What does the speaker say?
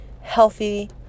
healthy